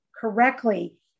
correctly